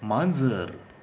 मांजर